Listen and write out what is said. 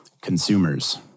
consumers